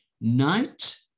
night